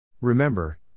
Remember